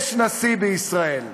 יש נשיא בישראל.